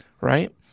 Right